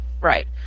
Right